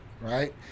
right